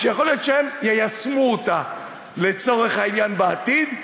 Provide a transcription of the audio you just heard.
יכול להיות שהם יישמו אותה לצורך העניין בעתיד.